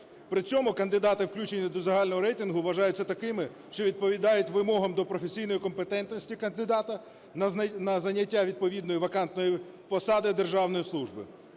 При цьому кандидати, включені до загального рейтингу, вважаються такими, що відповідають вимогам до професійної компетентності кандидата на зайняття відповідної вакантної посади державної служби.